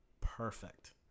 perfect